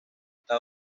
está